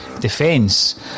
defence